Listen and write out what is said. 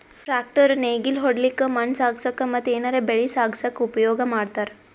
tractor ನೇಗಿಲ್ ಹೊಡ್ಲಿಕ್ಕ್ ಮಣ್ಣ್ ಸಾಗಸಕ್ಕ ಮತ್ತ್ ಏನರೆ ಬೆಳಿ ಸಾಗಸಕ್ಕ್ ಉಪಯೋಗ್ ಮಾಡ್ತಾರ್